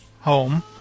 home